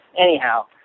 Anyhow